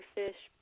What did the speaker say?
fish